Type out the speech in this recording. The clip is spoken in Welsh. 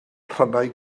rhannau